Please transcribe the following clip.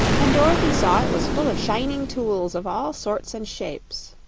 and dorothy saw it was full of shining tools of all sorts and shapes.